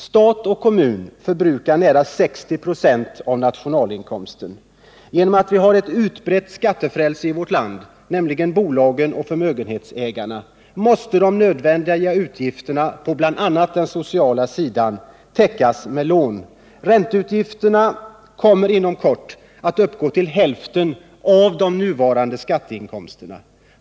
Staten och kommunerna förbrukar nära 60 96 av nationalinkomsten. Genom att vi har ett utbrett skattefrälse i vårt land, nämligen bolagen och förmögenhetsägarna, måste de nödvändiga utgifterna på bl.a. den sociala sidan täckas med lån. Ränteutgifterna kommer inom kort att uppgå till hälften av de nuvarande skatteinkomsterna.